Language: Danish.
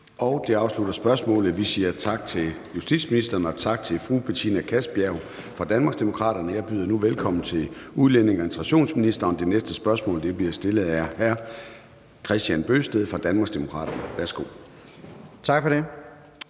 Det afslutter spørgsmålet. Vi siger tak til justitsministeren og tak til fru Betina Kastbjerg fra Danmarksdemokraterne. Jeg byder nu velkommen til udlændinge- og integrationsministeren. Det næste spørgsmål bliver stillet af hr. Kristian Bøgsted fra Danmarksdemokraterne. Kl. 13:46 Spm.